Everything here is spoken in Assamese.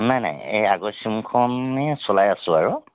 নাই নাই এই আগৰ ছিমখনে চলাই আছোঁ আৰু